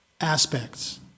aspects